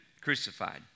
crucified